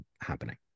happening